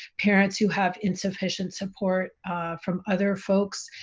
parents who have insufficient support from other folks,